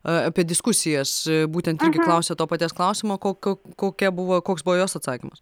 apie diskusijas būtent irgi klausia to paties klausimo ko ko kokia buvo koks buvo jos atsakymas